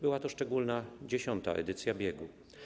Była to szczególna, X edycja biegu.